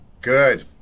Good